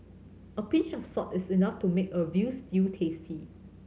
a pinch of salt is enough to make a veal stew tasty